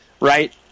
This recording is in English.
right